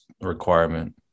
requirement